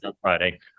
Friday